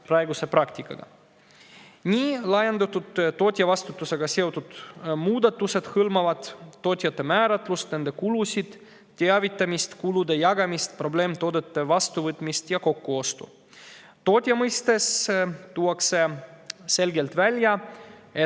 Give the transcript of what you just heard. praeguse praktikaga. Laiendatud tootjavastutusega seotud muudatused hõlmavad tootjate määratlust, nende kulusid, teavitamist, kulude jagamist ning probleemtoodete vastuvõtmist ja kokkuostu. Tootja mõistes tuuakse selgelt välja, et